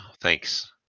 Thanks